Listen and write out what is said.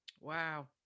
Wow